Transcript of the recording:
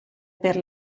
per